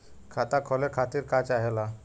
खाता खोले खातीर का चाहे ला?